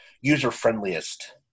user-friendliest